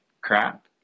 crap